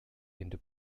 into